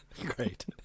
Great